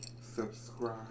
subscribe